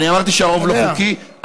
אני אמרתי שהרוב לא חוקי?